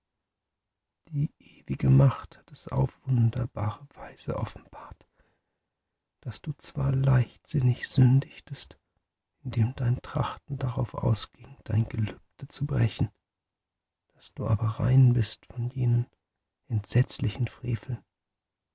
die ewige macht hat es auf wunderbare weise offenbart daß du zwar leichtsinnig sündigtest indem dein trachten darauf ausging dein gelübde zu brechen daß du aber rein bist von jenen entsetzlichen freveln